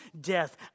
death